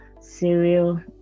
cereal